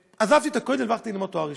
ועזבתי את הכולל ועברתי ללמוד תואר ראשון,